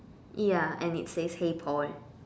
ya and it says hey Paul